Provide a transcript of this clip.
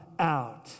out